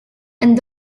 and